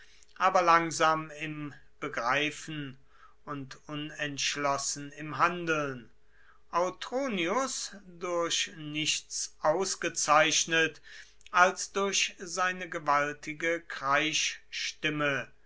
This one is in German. aber langsam im begreifen und unentschlossen im handeln autronius durch nichts ausgezeichnet als durch seine gewaltige